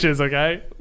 okay